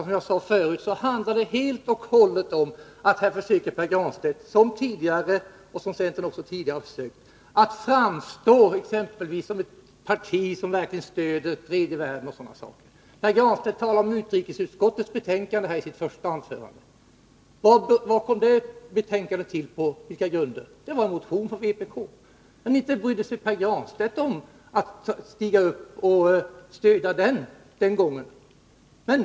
Som jag redan har sagt handlar det helt och hållet om att Pär Granstedt nu som tidigare försökter få centern att framstå som ett parti som stöder tredje världen. Pär Granstedt talade i sitt första anförande om utrikesutskottets betänkande. Varför kom det betänkandet till? Jo, det skrevs med anledning av en motion från vpk. Men inte brydde sig Pär Granstedt om att stödja den motionen den gången!